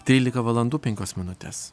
trylika valandų penkios minutės